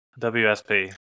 WSP